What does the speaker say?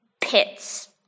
pits